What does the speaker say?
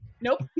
Nope